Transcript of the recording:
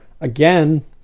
Again